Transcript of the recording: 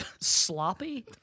Sloppy